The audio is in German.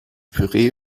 püree